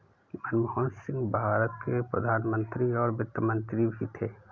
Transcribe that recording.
मनमोहन सिंह भारत के प्रधान मंत्री और वित्त मंत्री भी थे